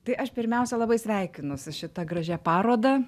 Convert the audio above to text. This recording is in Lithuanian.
tai aš pirmiausia labai sveikinu su šita gražia paroda